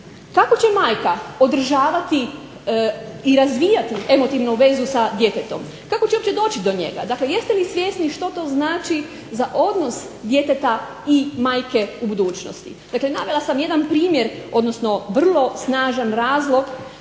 kako će majka održavati i razvijati emotivnu vezu sa djetetom? Kako će uopće doći do njega? Dakle, jeste li svjesni što to znači za odnos djeteta i majke u budućnosti? Dakle navela sam jedan primjer, odnosno vrlo snažan razlog